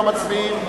לא מצביעים,